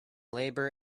labor